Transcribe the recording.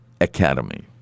Academy